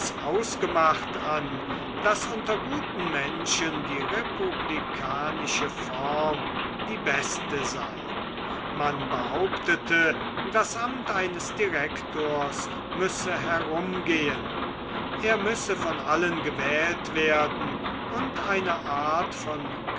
ausgemacht an daß unter guten menschen die republikanische form die beste sei man behauptete das amt eines direktors müsse herumgehen er müsse von allen gewählt werden und eine art von